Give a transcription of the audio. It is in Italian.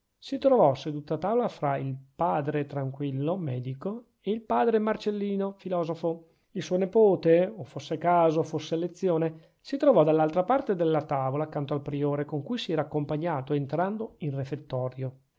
si trovò seduto a tavola fra il padre tranquillo medico e il padre marcellino filosofo il suo nepote o fosse caso o fosse elezione si trovò dall'altra parte della tavola accanto al priore con cui si era accompagnato entrando in refettorio